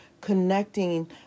connecting